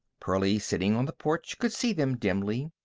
pearlie, sitting on the porch, could see them dimly,